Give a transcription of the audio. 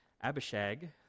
Abishag